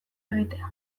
egitea